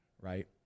right